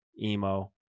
emo